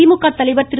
திமுக தலைவர் திரு